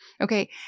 Okay